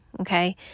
okay